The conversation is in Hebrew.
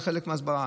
חלק מההסברה,